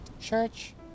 Church